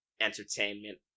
entertainment